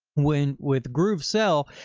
when with groovesell,